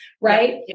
right